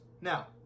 Now